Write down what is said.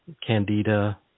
candida